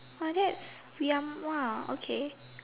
!wah! that's yum !wah! okay